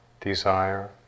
desire